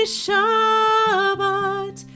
Shabbat